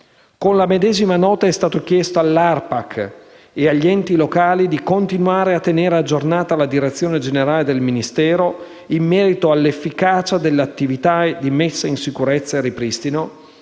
Con la medesima nota è stato chiesto all'ARPAC e agli enti locali di continuare a tenere aggiornata la direzione generale del Ministero in merito all'efficacia delle attività di messa in sicurezza e ripristino,